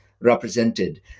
represented